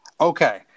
Okay